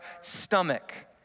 stomach